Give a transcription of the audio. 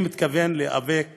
אני מתכוון להיאבק